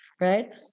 Right